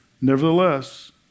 Nevertheless